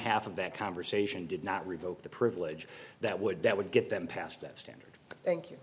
half of that conversation did not revoke the privilege that would that would get them past that standard thank you